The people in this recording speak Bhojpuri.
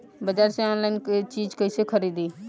बाजार से आनलाइन चीज कैसे खरीदी?